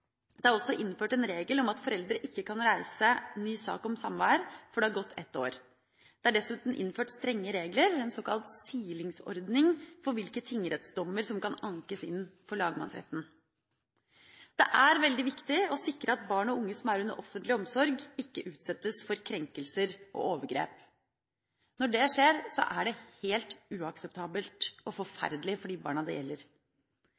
Det er også innført en regel om at foreldre ikke kan reise ny sak om samvær før det har gått ett år. Det er dessuten innført strenge regler, en såkalt silingsordning, for hvilke tingrettsdommer som kan ankes inn for lagmannsretten. Det er veldig viktig å sikre at barn og unge som er under offentlig omsorg, ikke utsettes for krenkelser og overgrep. Når det skjer, er det helt uakseptabelt og forferdelig for de barna det gjelder.